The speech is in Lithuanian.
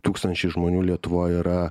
tūkstančiai žmonių lietuvoj yra